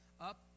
up